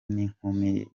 n’inkumi